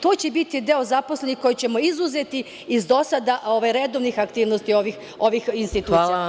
To će biti deo zaposlenih koje ćemo izuzeti iz do sada redovnih aktivnosti ovih institucija.